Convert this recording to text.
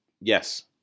Yes